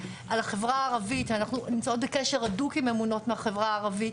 על החברה הערבית אנחנו נמצאות בקשר הדוק עם ממונות מהחברה הערבית,